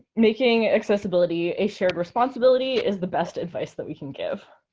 making accessibility a shared responsibility is the best advice that we can give.